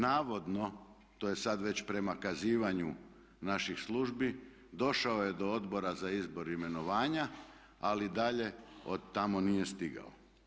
Navodno to je sad već prema kazivanju naših službi došao je do Odbora za izbor i imenovanja, ali dalje od tamo nije stigao.